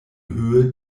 höhe